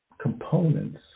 components